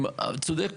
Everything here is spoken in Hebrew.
צודק